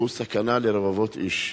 והוא סכנה לרבבות איש.